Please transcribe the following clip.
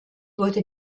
wurde